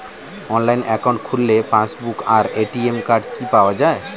Online account খুললে passbook আর ATM card কি পাওয়া যায়?